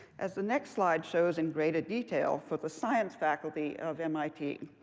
as the next slide shows in greater detail for the science faculty of mit.